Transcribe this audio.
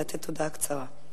לתת הודעה קצרה.